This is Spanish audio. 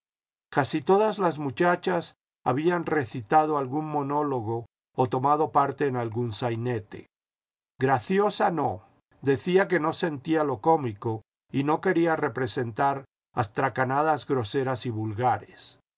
casi todas las muchachas habían recitado algún monólogo o tomado parte en algún saínete graciosa no decía que no sentía lo cómico y no quería representar astracanadas groseras y vulgares